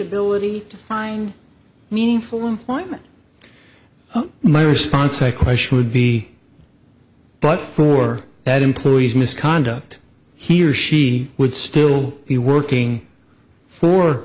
ability to find meaningful employment my response a question would be but for that employee's misconduct he or she would still be working for